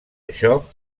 això